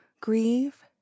grieve